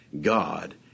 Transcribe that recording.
God